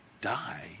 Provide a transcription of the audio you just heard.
die